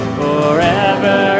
forever